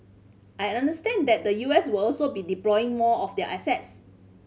I understand that the U S will also be deploying more of their assets